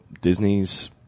Disney's